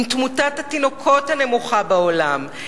עם תמותת התינוקות הנמוכה בעולם.